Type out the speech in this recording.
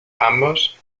ambos